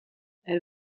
elle